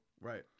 Right